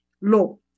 lo